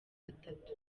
atatu